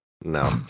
No